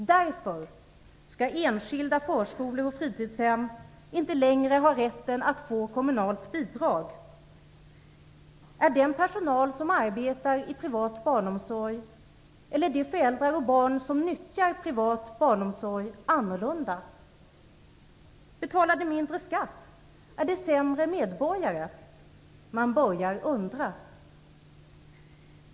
Därför skall enskilda förskolor och fritidshem inte längre ha rätt att få kommunalt bidrag. Är den personal som arbetar i privat barnomsorg, eller de föräldrar och barn som nyttjar privat barnomsorg, annorlunda? Betalar de mindre skatt, är de sämre medborgare? Man börjar undra.